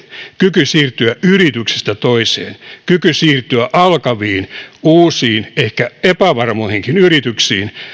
kyky siirtyä yrityksestä toiseen kyky siirtyä alkaviin uusiin ehkä epävarmoihinkin yrityksiin